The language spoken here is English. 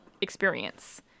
experience